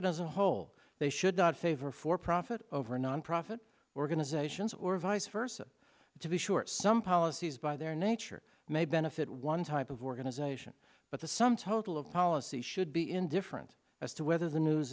taken as a whole they should not favor for profit over nonprofit organizations or vice versa to be sure some policies by their nature may benefit one type of organization but the sum total of policy should be indifferent as to whether the news